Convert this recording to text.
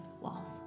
walls